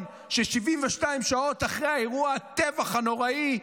ש-72 שעות אחרי אירוע הטבח הנוראי,